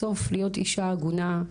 בסוף להיות אישה עגונה,